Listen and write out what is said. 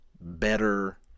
better